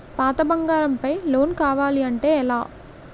పాత బంగారం పై లోన్ కావాలి అంటే ఎలా?